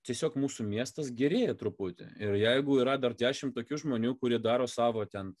tiesiog mūsų miestas gerėja truputį ir jeigu yra dar dešimt tokių žmonių kurie daro savo ten